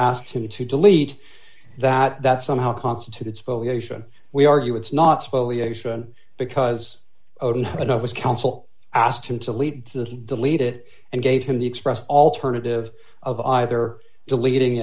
asked him to delete that that somehow constitutes foliation we argue it's not spoil the action because of his counsel asked him to lead to delete it and gave him the express alternative of either deleting